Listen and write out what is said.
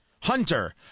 Hunter